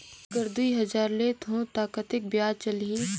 अगर दुई हजार लेत हो ता कतेक ब्याज चलही?